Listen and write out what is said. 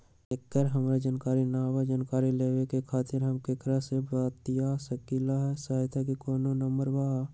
एकर हमरा जानकारी न बा जानकारी लेवे के खातिर हम केकरा से बातिया सकली ह सहायता के कोनो नंबर बा?